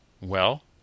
Well